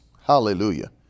Hallelujah